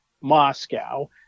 Moscow